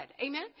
Amen